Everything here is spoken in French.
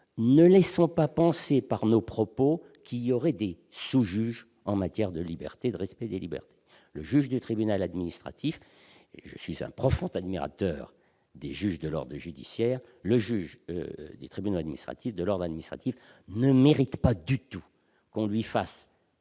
ne laissons pas penser par nos propos qui aurait des sous-juges en matière de liberté, de respect des libertés, le juge du tribunal administratif et je suis un prof ont admirateur des juges de l'ordre judiciaire, le juge des tribunaux administratifs de l'ordre administratif ne mérite pas du tout qu'on lui fasse,